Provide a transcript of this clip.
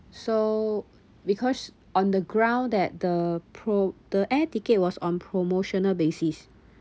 so because on the ground that the pro~ the air ticket was on promotional basis